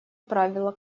правило